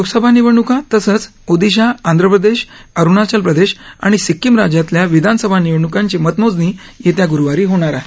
लोकसभा निवडणूका तसंच ओदिशा आंध्र प्रदेश अरुणाचल प्रदेश आणि सिक्कीम राज्यातल्या विधानसभा निवडणूकांची मतमोजणी येत्या गुरुवारी होणार आहे